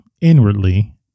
inwardly